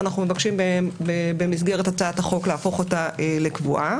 אנחנו מבקשים במסגרת הצעת החוק להפוך אותה לקבועה.